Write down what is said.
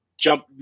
jump